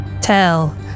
tell